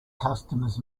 customers